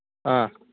ꯑꯥ